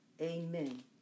Amen